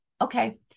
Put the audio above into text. okay